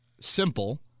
simple